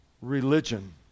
religion